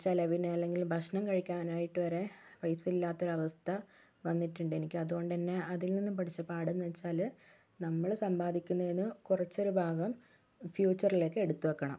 ചെലവിന് അല്ലെങ്കിൽ ഭക്ഷണം കഴിക്കാനായിട്ടുവരെ പൈസ ഇല്ലാത്തൊരവസ്ഥ വന്നിട്ടുണ്ടെനിക്ക് അതുകൊണ്ട് തന്നെ അതിൽ നിന്നും പഠിച്ച പാഠം എന്നുവെച്ചാല് നമ്മൾ സമ്പാദിക്കുന്നതിനു കുറച്ചോരു ഭാഗം ഫ്യൂച്ചറിലേക്ക് എടുത്ത്വെക്കണം